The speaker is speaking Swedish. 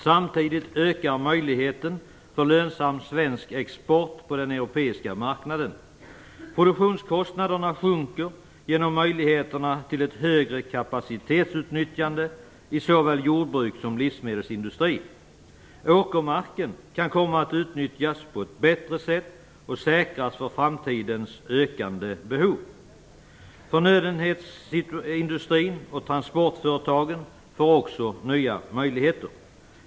Samtidigt ökar möjligheten för lönsam svensk export på den europeiska marknaden. Produktionskostnaderna sjunker genom möjligheterna till ett högre kapacitetsutnyttjande i såväl jordbruk som livsmedelsindustri. Åkermarken kan komma att utnyttjas på ett bättre sätt och säkras för framtidens ökande behov. Förnödenhetsindustrin och transportföretagen får också nya möjligheter.